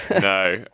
no